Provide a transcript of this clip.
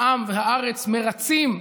העם והארץ מרצים,